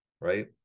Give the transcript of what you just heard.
Right